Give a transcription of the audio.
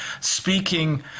speaking